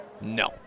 No